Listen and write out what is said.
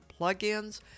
plugins